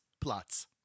Plots